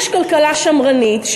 יש כלכלה שמרנית,